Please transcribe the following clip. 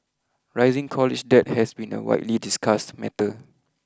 rising college debt has been a widely discussed matter